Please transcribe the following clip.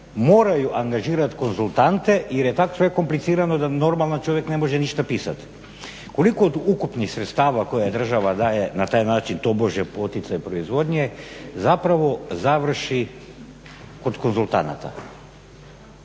moraju angažirat konzultante jer je tak sve komplicirano da normalan čovjek ne može ništ napisat. Koliko od ukupnih sredstava koje država daje, na taj način tobože poticaj proizvodnje, zapravo završi kod konzultanata?